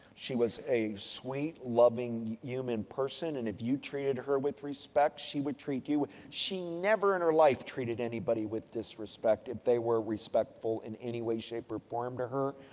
she was a sweet loving human person. and, if you treated her with respect, she would treat you, she never in her life treated anybody with disrespect if they were repectful in any way shape or form to her.